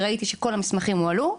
וראיתי שכל המסמכים הועלו.